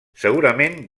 segurament